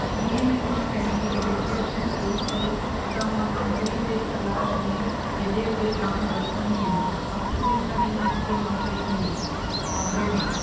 जीअं ई मां पंहिंजी ग्रेजुएशन पूरी कई त मां नौकरीअ जी तलाश में हेॾे होॾे जाम भटकंदी हुयमि आख़िर हिकु ॾींहं मूंखे नौकरी मिली बॉम्बे में